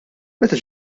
meta